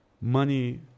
money